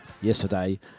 yesterday